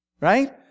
right